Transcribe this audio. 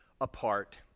apart